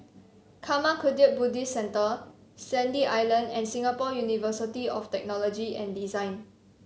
Karma Kagyud Buddhist Centre Sandy Island and Singapore University of Technology and Design